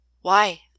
Why